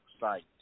site